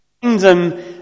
kingdom